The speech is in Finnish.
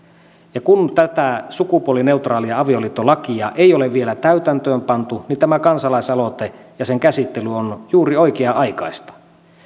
ja kun tätä sukupuolineutraalia avioliittolakia ei ole vielä täytäntöön pantu niin tämä kansalaisaloite ja sen käsittely on juuri oikea aikaista